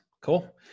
Cool